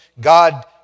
God